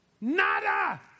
nada